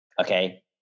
okay